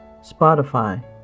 Spotify